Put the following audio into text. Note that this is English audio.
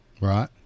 Right